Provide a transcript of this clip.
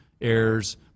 errors